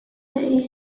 the